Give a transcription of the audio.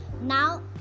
Now